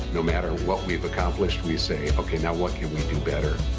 no matter what we've accomplished we say okay, now what can we do better?